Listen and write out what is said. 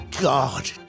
God